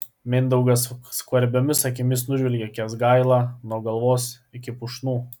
mindaugas skvarbiomis akimis nužvelgia kęsgailą nuo galvos iki pušnų